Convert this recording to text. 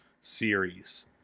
series